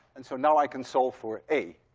and so now i can solve for a.